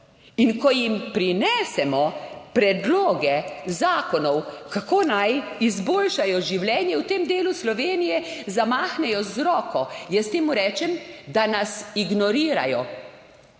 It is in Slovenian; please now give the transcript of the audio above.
In ko jim prinesemo predloge zakonov, kako naj izboljšajo življenje v tem delu Slovenije, zamahnejo z roko. Jaz temu rečem, da nas ignorirajo.